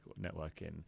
networking